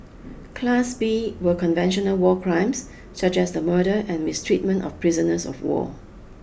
class B were conventional war crimes such as the murder and mistreatment of prisoners of war